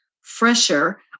fresher